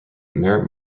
mare